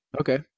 Okay